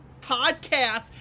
podcast